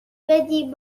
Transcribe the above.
بدی